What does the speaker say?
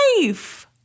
life